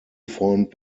formed